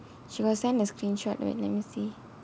she will send a screenshot wait let me see